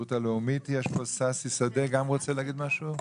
ההסתדרות הלאומית ששי שדה, גם רוצה להגיד משהו?